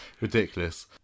ridiculous